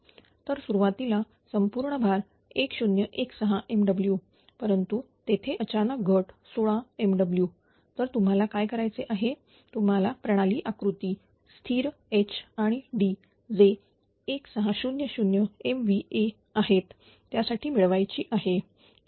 तर सुरुवातीला संपूर्ण भार 1016MW परंतु तेथे अचानक घट16 MW तर तुम्हाला काय करायचे आहे तुम्हाला प्रणाली आकृती स्थिर H आणि D जे 1600 MVA आहेत त्यासाठी मिळवायची आहे